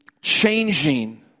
changing